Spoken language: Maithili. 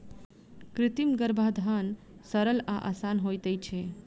कृत्रिम गर्भाधान सरल आ आसान होइत छै